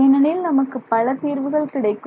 ஏனெனில் நமக்கு பல தீர்வுகள் கிடைக்கும்